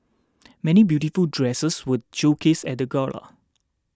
many beautiful dresses were showcased at the gala